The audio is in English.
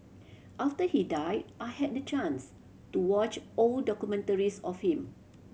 after he died I had the chance to watch old documentaries of him